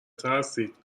ترسید